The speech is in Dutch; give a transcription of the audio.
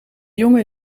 jongen